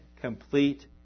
complete